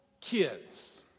kids